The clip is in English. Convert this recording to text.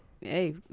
Hey